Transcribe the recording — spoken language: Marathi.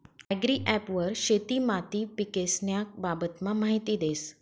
ॲग्रीॲप वर शेती माती पीकेस्न्या बाबतमा माहिती देस